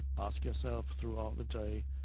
ask yourself throughout the day,